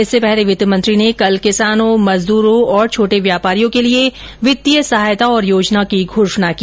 इससे पहले वित्त मंत्री ने कल किसानों मजदुरों और छोटे व्यापारियों के लिए वित्तीय सहायता और योजनाओं की घोषणा की